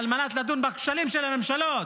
על מנת לדון בכשלים של הממשלות,